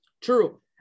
true